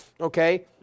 Okay